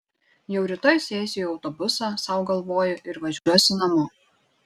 jau rytoj sėsiu į autobusą sau galvoju ir važiuosiu namo